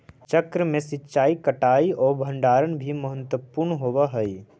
चक्र में सिंचाई, कटाई आउ भण्डारण भी महत्त्वपूर्ण होवऽ हइ